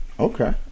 okay